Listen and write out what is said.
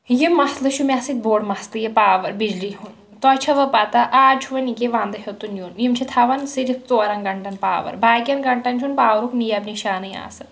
یہِ مسلہٕ چھُ مےٚ سۭتۍ بوٚڑ مسلہٕ یہِ پاور بِجلی ہُنٛد تۄہہِ چھوا پَتہ آز چھُ وۄنۍ ییٚکیٛاہ ونٛدٕ ہیوٚتُن یُن یِم چھِ تھاوان صرف ژورن گھَنٛٹن پاور باقین گھَنٛٹن چھُنہٕ پاورُک نیب نِشانٕے آسان